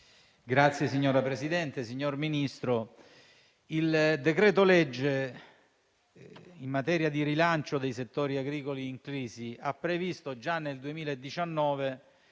*(PD)*. Signor Presidente, signor Ministro, il decreto-legge in materia di rilancio dei settori agricoli in crisi ha previsto già nel 2019,